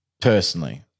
personally